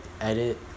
edit